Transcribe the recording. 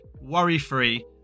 worry-free